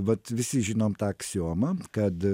vat visi žinom tą aksiomą kad